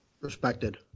Respected